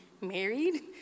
married